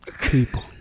People